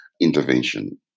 intervention